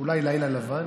אולי לילה לבן.